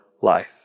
life